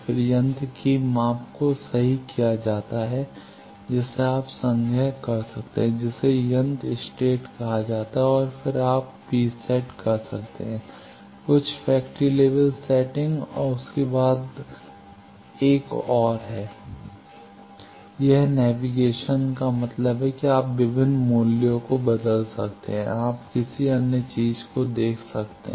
फिर यंत्र की माप को सही किया जाता है जिसे आप संग्रह कर सकते हैं जिसे यंत्र स्टेट कहा जाता है और फिर आप प्रीसेट कर सकते हैं कुछ फैक्ट्री लेवल सेटिंग और उसके बाद एक और 1 है यह नेविगेशन का मतलब है कि आप विभिन्न मूल्यों को बदल सकते हैं आप किसी अन्य चीज को देख सकते हैं